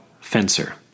Fencer